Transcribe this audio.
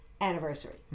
anniversary